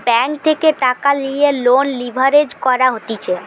bank থেকে টাকা লিয়ে লোন লিভারেজ করা হতিছে